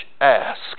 ask